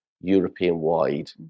European-wide